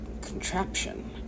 contraption